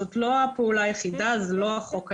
זאת לא הפעולה היחידה, זה לא החוק היחיד.